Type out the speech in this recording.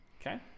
Okay